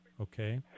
okay